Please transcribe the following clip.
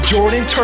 Jordan